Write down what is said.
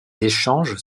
échanges